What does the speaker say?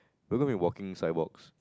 we're gonna be walking sidewalks